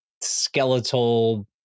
skeletal